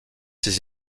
ses